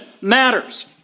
matters